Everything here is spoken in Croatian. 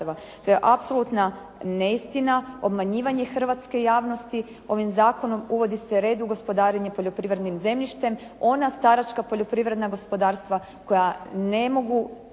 To je apsolutna neistina, obmanjivanje hrvatske javnosti. Ovim zakonom uvodi se red u gospodarenje poljoprivrednim zemljištem. Ona staračka poljoprivredna gospodarstva koja ne mogu